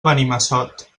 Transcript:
benimassot